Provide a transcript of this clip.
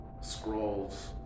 scrolls